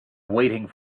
waiting